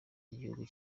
ry’igihugu